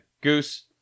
Goose